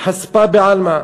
חספא בעלמא.